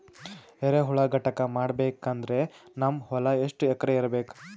ಎರೆಹುಳ ಘಟಕ ಮಾಡಬೇಕಂದ್ರೆ ನಮ್ಮ ಹೊಲ ಎಷ್ಟು ಎಕರ್ ಇರಬೇಕು?